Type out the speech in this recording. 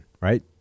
right